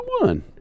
one